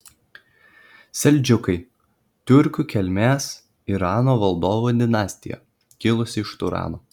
seldžiukai tiurkų kilmės irano valdovų dinastija kilusi iš turano